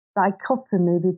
dichotomy